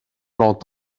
blancs